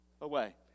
away